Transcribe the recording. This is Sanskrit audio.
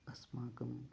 अस्माकम्